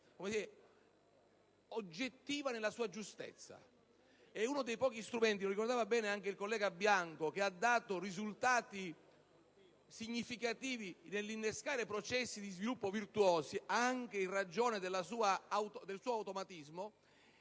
dubbi sulla giustezza dello strumento. È uno dei pochi strumenti, come ricordava bene anche il collega Bianco, che ha dato risultati significativi nell'innescare processi di sviluppo virtuosi, anche in ragione del suo automatismo,